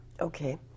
Okay